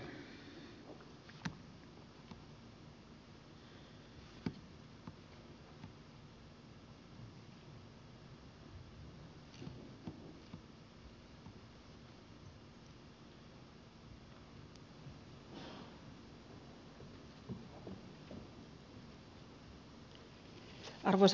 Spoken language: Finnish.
arvoisa puhemies